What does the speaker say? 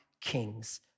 king's